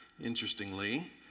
interestingly